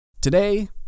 Today